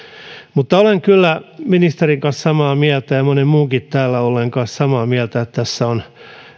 mutta olen kyllä ministerin kanssa samaa mieltä ja monen muunkin täällä olleen kanssa samaa mieltä että tässä on